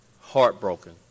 heartbroken